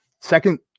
second